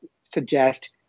suggest